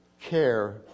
care